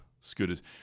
scooters